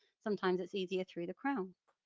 sometimes it's easier through the crown.